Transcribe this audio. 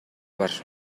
бар